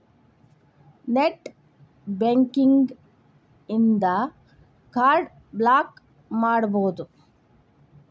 net banking ಇನ್ದಾ card block ಮಾಡ್ಸ್ಬೊದು